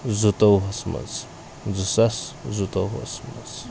زٕتووہَس منٛز زٕ ساس زٕتووہَس منٛز